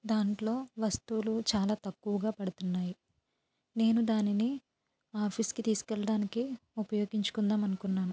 దాంట్లో వస్తువులు చాలా తక్కువగా పడుతున్నాయి నేను దానిని ఆఫీస్కి తీసుకెళ్లడానికి ఉపయోగించుకుందాం అనుకున్నాను